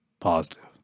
positive